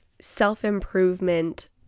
self-improvement